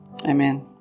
Amen